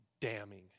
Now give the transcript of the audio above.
damning